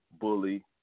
Bully